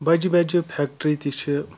بَجہِ بَجہِ فَیکٹٕری تہِ چھِ